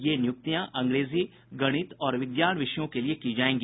ये नियुक्तियां अंग्रेजी गणित और विज्ञान विषयों के लिए की जायेंगी